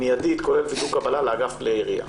כולל --- לאגף כלי ירייה.